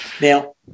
Now